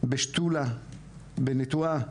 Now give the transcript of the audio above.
בשתולה בנטועה,